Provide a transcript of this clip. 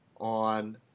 on